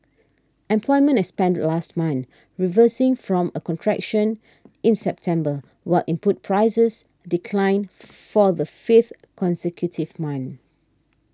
employment expanded last month reversing from a contraction in September while input prices declined for the fifth consecutive month